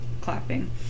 clapping